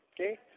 okay